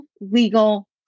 legal